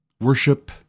worship